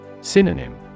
Synonym